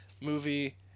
movie